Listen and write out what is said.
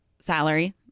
salary